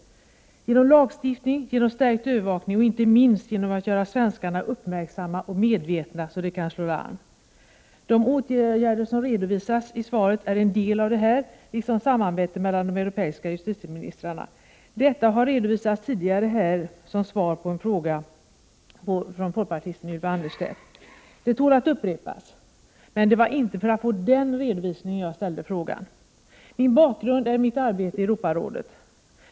Detta kan ske genom lagstiftning, genom stärkt övervakning och inte minst genom att göra svenskarna uppmärksamma och medvetna så de kan slå larm. De åtgärder som redovisas i svaret är en del av detta, liksom samarbetet mellan de europeiska justitieministrarna. Detta har redovisats tidigare här i kammaren iett svar på en fråga från folkpartisten Ylva Annerstedt. Det tål att upprepas, men det var inte för att få den redovisningen jag ställde frågan. Min bakgrund är mitt arbete i Europarådet.